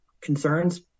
concerns